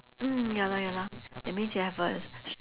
mm ya lor ya lor that means you have a s~